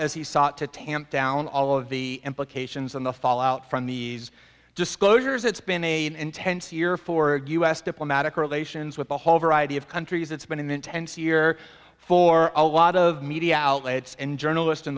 as he sought to tamp down all of the implications and the fallout from the disclosures it's been a intense year for u s diplomatic relations with a whole variety of countries it's been an intense year for a lot of media outlets and journalist in